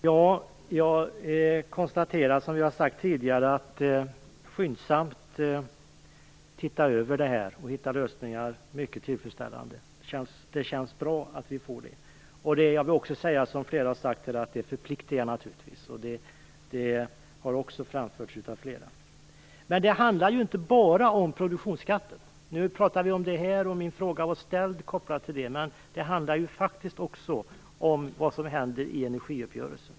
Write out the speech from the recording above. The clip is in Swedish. Herr talman! Jag konstaterar, som vi har sagt tidigare, att det är mycket tillfredsställande att man skyndsamt skall titta över det här och hitta lösningar. Det känns bra att vi får det. Jag vill också säga att det naturligtvis förpliktigar. Det har också framförts av flera här. Men det handlar inte bara om produktionsskatten. Vi pratar om det nu, och min interpellation var kopplad till den frågan. Men det handlar också om vad som händer i energiuppgörelsen.